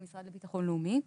והמשרד לביטחון לאומי.